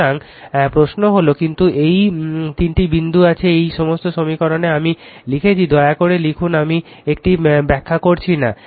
সুতরাং প্রশ্ন হল কিন্তু এই 3টি বিন্দু আছে এই সমস্ত সমীকরণ আমি লিখেছি দয়া করে লিখুন আমি এটি ব্যাখ্যা করছি না